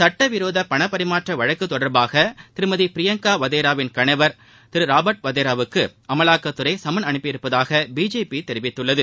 சுட்ட விரோத பண பரிமாற்ற வழக்கு தொடர்பாக திருமதி பிரியங்கா வதேராவின் கணவர் திரு ராபர்ட் வதேராவுக்கு அமலாக்கத்துறை சம்மன் அனுப்பியுள்ளதாக பிஜேபி தெரிவித்துள்ளது